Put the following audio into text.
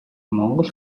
монгол